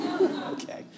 Okay